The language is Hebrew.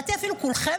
לדעתי אפילו כולכם,